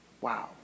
Wow